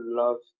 love